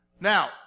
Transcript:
Now